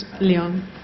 Leon